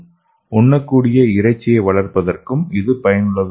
உண்ணக்கூடிய இறைச்சியை வளர்ப்பதற்கும் இது பயனுள்ளதாக இருக்கும்